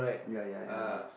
ya ya ya